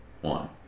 one